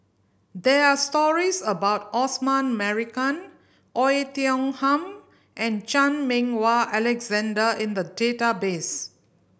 there are stories about Osman Merican Oei Tiong Ham and Chan Meng Wah Alexander in the database